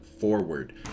forward